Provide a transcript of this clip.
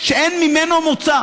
שאין ממנו מוצא.